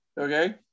Okay